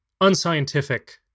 unscientific